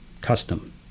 custom